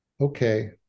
okay